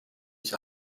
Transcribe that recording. ich